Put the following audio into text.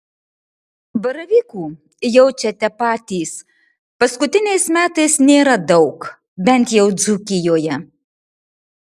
baravykų jaučiate patys paskutiniais metais nėra daug bent jau dzūkijoje